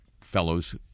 fellows